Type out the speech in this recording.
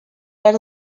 were